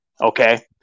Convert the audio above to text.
Okay